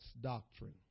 doctrine